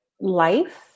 life